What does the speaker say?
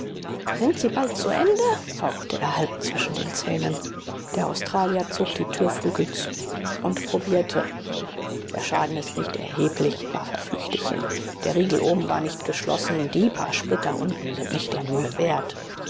sind sie bald zu ende fauchte er halb zwischen den zähnen der australier zog die türflügel zu und probierte der schaden ist nicht erheblich warf er flüchtig hin der riegel oben war nicht geschlossen die paar splitter unten sind nicht der mühe wert